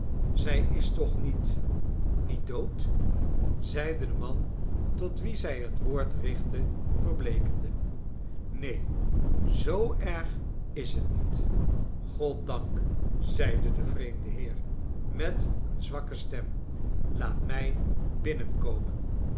zij is toch niet niet dood zeide de man tot wien zij het woord richtte verbleekende neen zoo erg is het niet goddank zeide de vreemde heer met eene zwakke stem laat mij binnenkomen